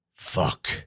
fuck